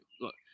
look